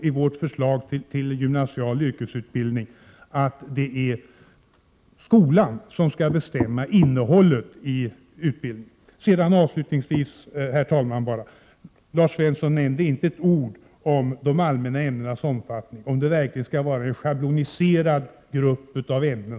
Där framgår klart och tydligt att det är skolan som skall bestämma innehållet i utbildningen. Herr talman! Lars Svensson nämnde inte ett ord om de allmänna ämnenas omfattning, om det verkligen skall vara en schabloniserad grupp av ämnen.